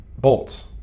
bolts